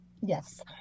Yes